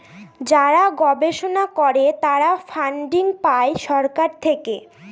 যারা গবেষণা করে তারা ফান্ডিং পাই সরকার থেকে